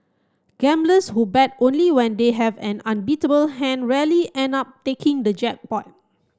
gamblers who bet only when they have an unbeatable hand rarely end up taking the jackpot